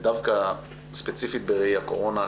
ספציפית בראי הקורונה,